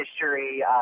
history